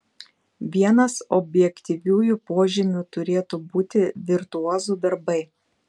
vienas objektyviųjų požymių turėtų būti virtuozų darbai